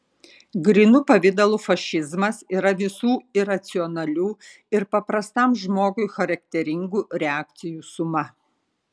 grynu pavidalu fašizmas yra visų iracionalių ir paprastam žmogui charakteringų reakcijų suma